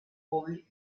pugui